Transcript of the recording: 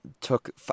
took